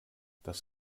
das